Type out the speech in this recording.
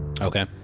Okay